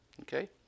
Okay